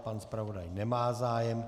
Pan zpravodaj nemá zájem.